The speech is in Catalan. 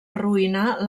arruïnar